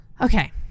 okay